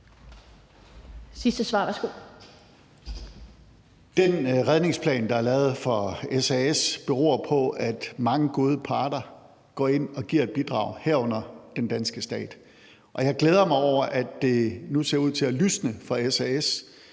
Den redningsplan, der er lavet for SAS, beror på, at mange gode parter går ind og giver et bidrag, herunder den danske stat. Jeg glæder mig over, at det nu ser ud til at lysne for SAS